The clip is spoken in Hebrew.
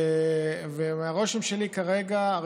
ומהרושם שלי כרגע,